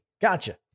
Gotcha